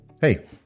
Hey